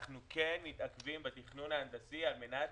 אנחנו כן מתעכבים בתכנון ההנדסי על מנת